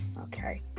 okay